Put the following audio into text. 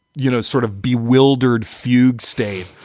you know, sort of bewildered fugue state.